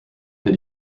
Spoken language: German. will